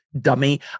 dummy